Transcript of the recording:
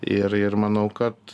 ir ir manau kad